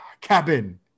cabin